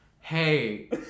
hey